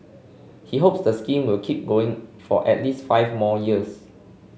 he hopes the scheme will keep going for at least five more years